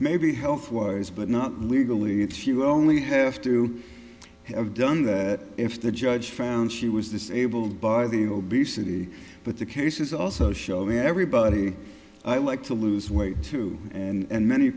maybe health wise but not legally it's you only have to have done that if the judge found she was disabled by the obesity but the cases also show everybody i like to lose weight too and man